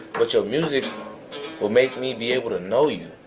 but so music will make me be able to know you.